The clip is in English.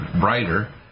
brighter